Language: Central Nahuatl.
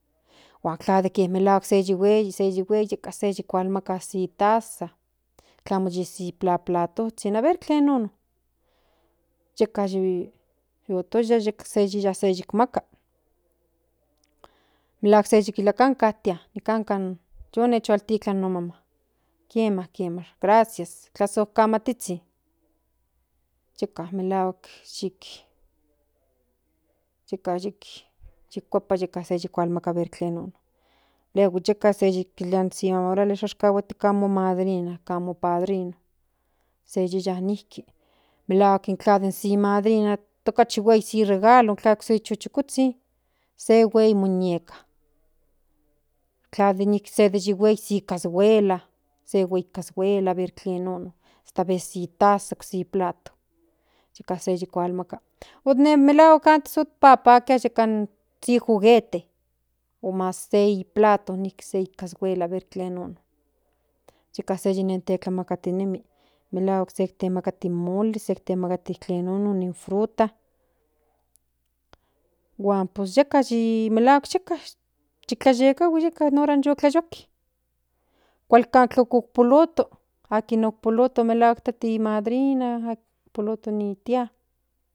Huan tla melahuak se yihuei se yi huei yeka yi kilamaka se taza in tlamo yi se plaplatozhin aver tlen nnono yeka ti totoya yeka se yiyas yeka se kilmaka melahuak se yikilia kanka tia tu nichaltiklan no maman kiema kiema gracias tlazolkazhizhin yeka melahuak yikuepa aver tlen kilmaka aver tlen nono luego yeka se kilia no maman ahora shia kahuati kan mo madrina kan mo padrino se yiya nijki melahuak in tla ni madrina hasta okachi huei s regalo intla se chukozhizhin se huei muñeca intla se huei nika cashuela se huei cashuela aver tlen nono a¿hasta aveces ni taza ni plato yeka se yikilmaka onen melahuak antes papakiya san se jueguete o mas se i plato se cashuela aver tlen nono yeka se yinikintlakatinmi melahuak se tlamakati in moli se tlamakti tlen nono ni fruta huan pues yeka yi melahuak yeka yitlahuikahui yeka nin hora yu tlayoak kualkan okpuloto akin okpoluto melahua tati ni madrina tati ni tia